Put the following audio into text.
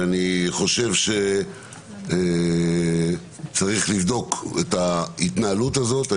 ואני חושב שצריך לבדוק את ההתנהלות הזאת.